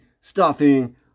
stuffing